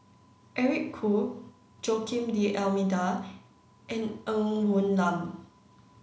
Eric Khoo Joaquim D'almeida and Ng Woon Lam